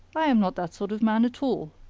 i am not that sort of man at all.